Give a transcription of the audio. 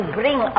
bring